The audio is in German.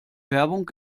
werbung